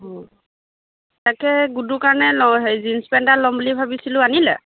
অ' তাকে গুডুৰ কাৰণে ল জিন্স পেণ্ট এটা ল'ম বুলি ভাবিছিলো আনিলে